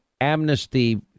amnesty